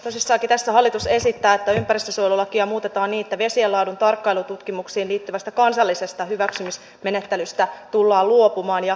tosiaankin tässä hallitus esittää että ympäristönsuojelulakia muutetaan niin että vesien laadun tarkkailututkimuksiin liittyvästä kansallisesta hyväksymismenettelystä tullaan luopumaan